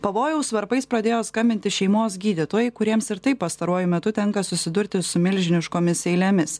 pavojaus varpais pradėjo skambinti šeimos gydytojai kuriems ir taip pastaruoju metu tenka susidurti su milžiniškomis eilėmis